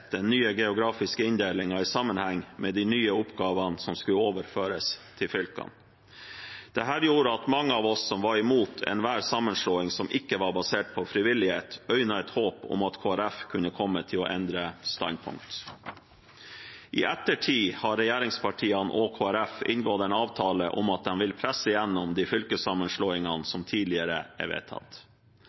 den nye geografiske inndelingen i sammenheng med de nye oppgavene som skulle overføres til fylkene. Dette gjorde at mange av oss som var imot enhver sammenslåing som ikke var basert på frivillighet, øynet et håp om at Kristelig Folkeparti kunne komme til å endre standpunkt. I ettertid har regjeringspartiene og Kristelig Folkeparti inngått en avtale om at de vil presse igjennom de fylkessammenslåingene som tidligere er vedtatt.